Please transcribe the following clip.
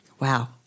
Wow